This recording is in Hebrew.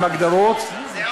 עם הגדרות,